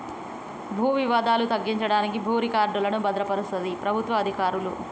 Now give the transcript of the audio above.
భూ వివాదాలు తగ్గించడానికి భూ రికార్డులను భద్రపరుస్తది ప్రభుత్వ అధికారులు